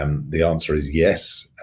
um the answer is yes